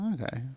Okay